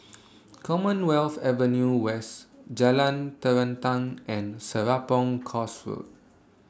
Commonwealth Avenue West Jalan Terentang and Serapong Course Road